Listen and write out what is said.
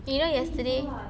eh you know yesterday